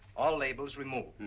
all labels removed.